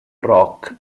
rock